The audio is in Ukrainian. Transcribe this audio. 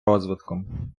розвитком